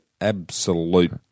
absolute